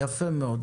יפה מאוד.